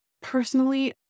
personally